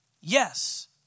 Yes